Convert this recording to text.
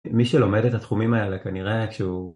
מי שלומד את התחומים האלה כנראה שהוא